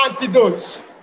antidotes